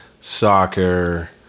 soccer